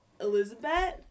Elizabeth